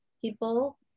people